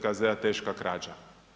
KZ teška krađa.